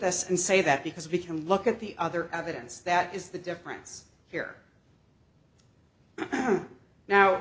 this and say that because we can look at the other evidence that is the difference here now